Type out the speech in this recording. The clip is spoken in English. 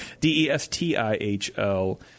D-E-S-T-I-H-L